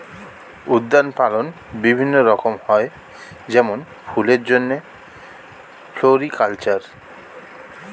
উদ্যান পালন বিভিন্ন রকম হয় যেমন ফুলের জন্যে ফ্লোরিকালচার